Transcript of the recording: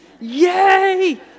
Yay